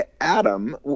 Adam